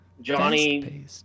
Johnny